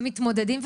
המתמודדים,